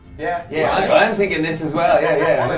yeah yeah i'm thinking this as well, yeah.